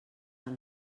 del